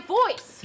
voice